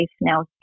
now